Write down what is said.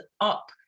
up